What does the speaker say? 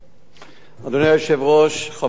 אדוני היושב-ראש, חברי חברי הכנסת,